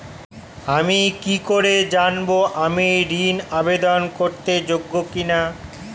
আমি কি করে জানব আমি ঋন আবেদন করতে যোগ্য কি না?